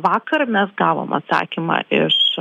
vakar mes gavom atsakymą iš